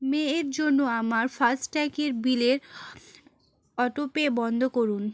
মের জন্য আমার ফাস্ট ট্যাগের বিলের অটো পে বন্ধ করুন